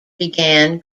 began